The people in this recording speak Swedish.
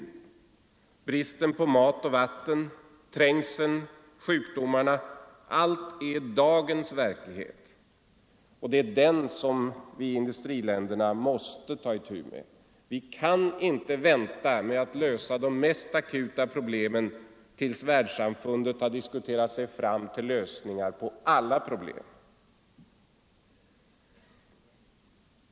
Bristen på mat och vatten, trängseln, sjukdomarna —- allt är dagens verklighet. Det är den som vi i industriländerna måste ta itu med. Vi kan inte vänta med att lösa de mest akuta problemen tills världssamfundet har diskuterat sig fram till lösningar på alla problem.